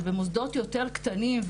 אבל במוסדות יותר קטנים,